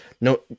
no